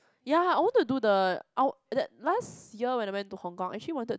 ya I want to do the (ow) the last year when I went to Hong Kong actually wanted